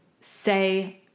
say